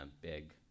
big